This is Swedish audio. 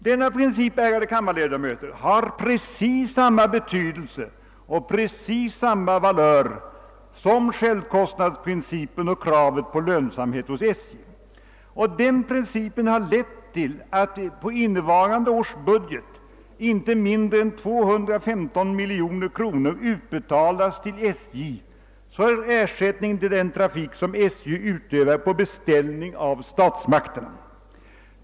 Denna princip, som har exakt samma vikt som självkostnadsprincipen och kravet på lönsamhet hos SJ, har lett till att i innevarande års budget inte mindre än 215 miljoner kronor utbetalas till SJ som ersättning för den trafik som SJ utövat på beställning av statsmakterna.